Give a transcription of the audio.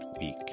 week